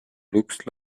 looks